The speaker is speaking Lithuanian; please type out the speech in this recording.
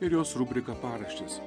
ir jos rubrika paraštės